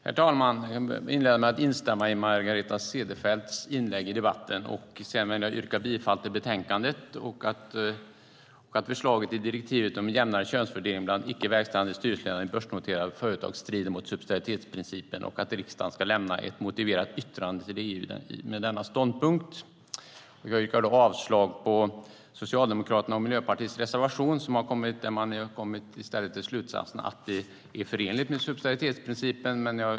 Herr talman! Jag vill inleda med att instämma i Margareta Cederfelts inlägg i debatten. Sedan vill jag yrka bifall till förslaget i betänkandet, att förslaget i direktivet om en jämnare könsfördelning bland icke verkställande styrelseledamöter i börsnoterade företag strider mot subsidiaritetsprincipen och att riksdagen ska lämna ett motiverat yttrande till EU med denna ståndpunkt. Jag yrkar därför avslag på Socialdemokraternas och Miljöpartiets reservation, där man i stället har kommit till slutsatsen att det är förenligt med subsidiaritetsprincipen.